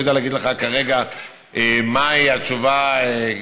אני לא יודע כרגע להגיד לך מהי התשובה בכללותה.